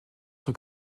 son